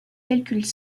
calculs